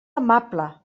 amable